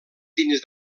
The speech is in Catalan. dins